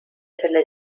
sellel